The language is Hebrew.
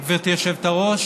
גברתי היושבת-ראש,